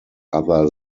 other